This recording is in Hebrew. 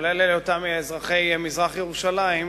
כולל היותם אזרחי מזרח-ירושלים,